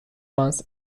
once